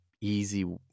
Easy